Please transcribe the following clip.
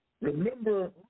Remember